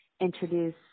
introduce